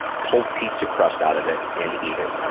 pull pizza crust out of it and eat it.